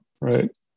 right